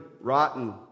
rotten